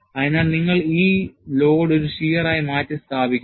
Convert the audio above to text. അതിനാൽ നിങ്ങൾ ഈ ലോഡ് ഒരു shear ആയി മാറ്റി സ്ഥാപിക്കുന്നു